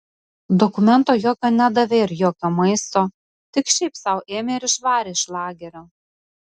dokumento jokio nedavė ir jokio maisto tik šiaip sau ėmė ir išvarė iš lagerio